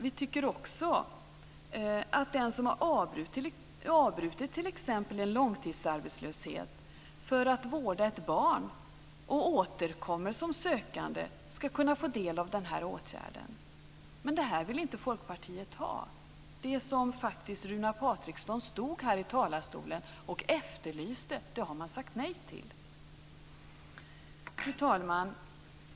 Vi tycker också att den som har avbrutit t.ex. en långtidsarbetslöshet för att vårda ett barn och återkommer som sökande ska kunna få del av den här åtgärden. Men det vill inte Folkpartiet ha. Det som faktiskt Runar Patriksson stod här i talarstolen och efterlyste har man sagt nej till. Fru talman!